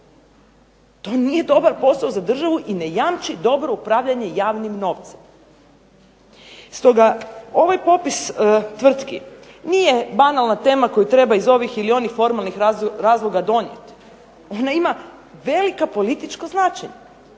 To nije dobar posao za državu i ne jamči dobro upravljanje javnim novcem. Stoga ovaj popis tvrtki nije banalna tema koju treba iz ovih ili onih formalnih razloga donijeti. Ona ima velika politička značenja